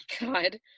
God